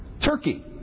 Turkey